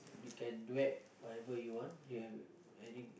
you can duet whatever you want you have any